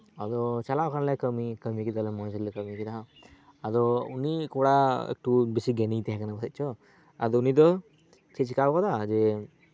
ᱟᱫᱚ ᱪᱟᱞᱟᱣ ᱠᱟᱱᱟᱞᱮ ᱠᱟᱹᱢᱤ ᱠᱟᱹᱢᱤ ᱠᱮᱫᱟᱞᱮ ᱢᱚᱸᱡ ᱜᱮᱞᱮ ᱠᱟᱹᱢᱤ ᱠᱮᱫᱟ ᱟᱫᱚ ᱩᱱᱤ ᱠᱚᱲᱟ ᱮᱠᱴᱩ ᱵᱮᱥᱤ ᱜᱮᱭᱟᱱᱤᱭ ᱛᱟᱦᱮᱸ ᱠᱟᱱᱟ ᱵᱟᱠᱷᱟᱡ ᱪᱚ ᱟᱫᱚ ᱩᱱᱤ ᱫᱚ ᱪᱮᱫ ᱪᱮᱠᱟᱣ ᱠᱟᱫᱟ ᱡᱮ